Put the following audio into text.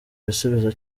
bisubizo